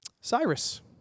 Cyrus